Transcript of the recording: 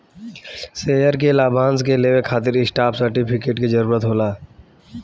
share के लाभांश के लेवे खातिर स्टॉप सर्टिफिकेट के जरूरत होला